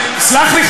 סלח לי,